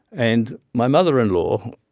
and my mother-in-law,